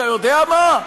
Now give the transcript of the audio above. אתה יודע מה?